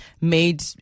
made